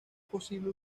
posible